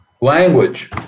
Language